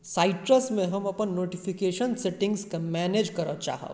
साइट्रसमे हम अपन नोटिफिकेशन सेटिंग्सकेँ मैनेज करय चाहब